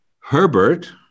Herbert